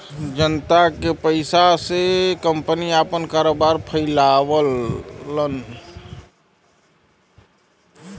जनता के पइसा से कंपनी आपन कारोबार फैलावलन